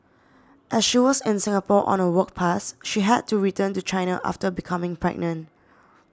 as she was in Singapore on a work pass she had to return to China after becoming pregnant